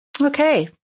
Okay